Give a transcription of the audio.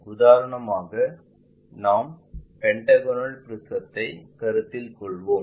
உதாரணமாக நாம் பெண்டகோனல் ப்ரிஸத்தை கருத்தில் கொள்வோம்